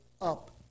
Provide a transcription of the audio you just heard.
up